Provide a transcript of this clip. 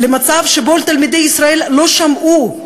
למצב שבו תלמידי ישראל לא שמעו,